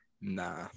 Nah